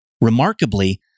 Remarkably